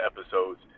episodes